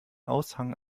aushang